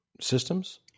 systems